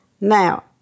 Now